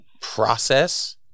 process